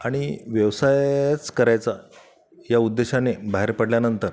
आणि व्यवसायच करायचा या उद्देशाने बाहेर पडल्यानंतर